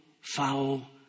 foul